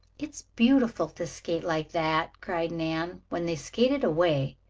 it's beautiful to skate like that, cried nan, when they skated away.